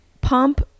pump